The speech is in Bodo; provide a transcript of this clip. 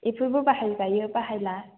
बेफोरबो बाहाय जायो बाहायला